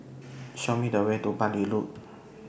Show Me The Way to Bartley Road